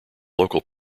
local